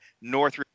North